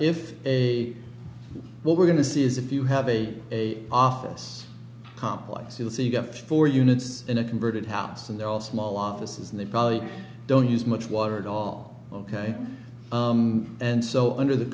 if a what we're going to see is if you have a a office complex you'll see you've got four units in a converted house and they're all small offices and they probably don't use much water at all ok and so under the